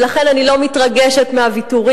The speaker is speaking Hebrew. ולכן אני לא מתרגשת מהוויתורים,